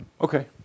Okay